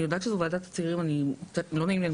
אני יודעת שזה דיון שמתקיים בוועדת הצעירים ולא נעים לי,